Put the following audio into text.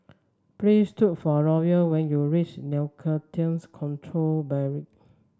please look for Loyal when you reach Narcotics Control Bureau